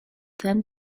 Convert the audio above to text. then